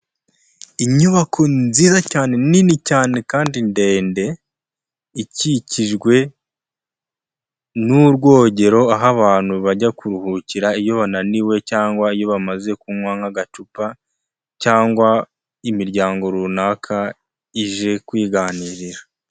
Inyubako nziza cyane nini cyane kandi ndende, ikikijwe n'urwogero, aho abantu bajya kuruhukira iyo bananiwe cyangwa iyo bamaze kunywa nk'agacupa cyangwa imiryango runaka ije kwiganirira.